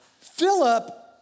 Philip